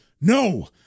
No